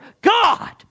God